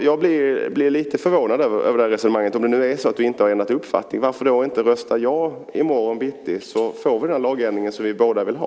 Jag blir lite förvånad över resonemanget. Om ni nu inte har ändrat uppfattning, varför då inte rösta ja i morgon bitti? Då får vi ju den lagändring som vi båda vill ha.